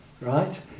right